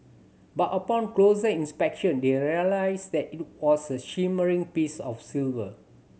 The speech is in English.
but upon closer inspection they are realised that it was a shimmering piece of silver